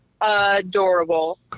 adorable